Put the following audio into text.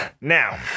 Now